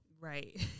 Right